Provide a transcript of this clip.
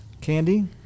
candy